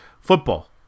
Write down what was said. football